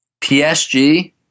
PSG